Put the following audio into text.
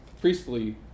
priestly